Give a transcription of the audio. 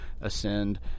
ascend